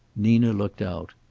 nina looked out.